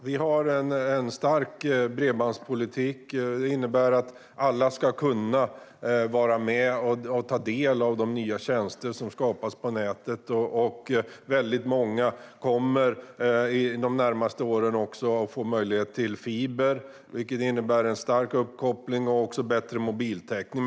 Herr talman! Vi har en stark bredbandspolitik som innebär att alla ska kunna ta del av de nya tjänster som skapas på nätet. Väldigt många kommer de närmaste åren också att få tillgång till fiber, vilket innebär en stark uppkoppling och också bättre mobiltäckning.